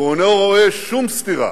והוא אינו רואה שום סתירה